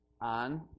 on